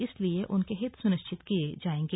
इसलिए उनके हित सुनिश्चित किये जायेंगे